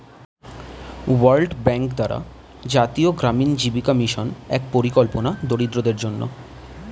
world bank দ্বারা জাতীয় গ্রামীণ জীবিকা মিশন এক পরিকল্পনা দরিদ্রদের জন্যে